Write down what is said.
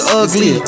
ugly